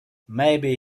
maybe